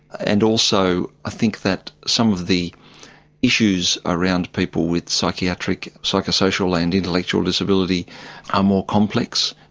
and also i think that some of the issues around people with psychiatric, psychosocial and intellectual disability are more complex.